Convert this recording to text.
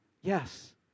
Yes